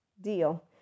deal